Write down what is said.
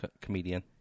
comedian